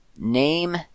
Name